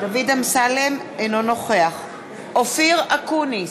אינו נוכח אופיר אקוניס,